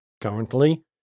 currently